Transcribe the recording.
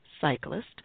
Cyclist